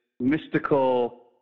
mystical